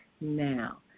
now